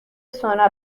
سونا